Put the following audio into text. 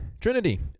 Trinity